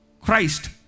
Christ